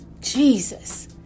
Jesus